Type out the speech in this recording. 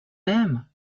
them